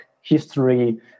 history